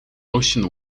ocean